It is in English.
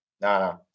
no